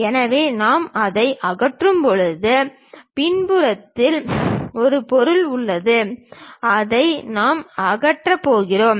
எனவே நாம் அதை அகற்றும்போது பின்புறத்தில் ஒரு பொருள் உள்ளது அதை நாம் அகற்றப் போகிறோம்